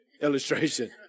illustration